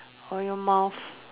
or your mouth